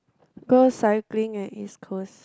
go cycling at East Coast